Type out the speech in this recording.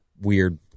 weird